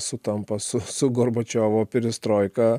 sutampa su su gorbačiovo perestroika